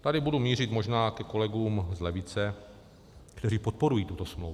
Tady budu mířit možná ke kolegům z levice, kteří podporují tuto smlouvu.